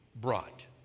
brought